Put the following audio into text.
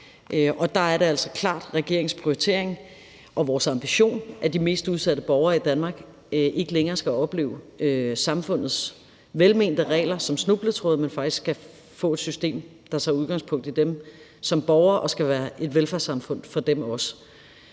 der er det altså klart regeringens prioritering og vores ambition, at de mest udsatte borgere i Danmark ikke længere skal opleve samfundets velmente regler som snubletråde, men faktisk som et system, der tager udgangspunkt i dem som borgere, og som skal være et velfærdssamfund for dem også.